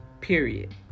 period